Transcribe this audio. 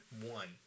one